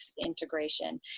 integration